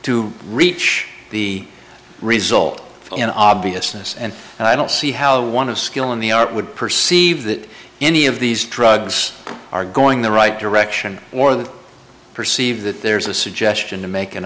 to reach the result in obviousness and i don't see how one of skill in the art would perceive that any of these drugs are going the right direction or the perceive that there is a suggestion to make an